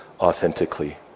authentically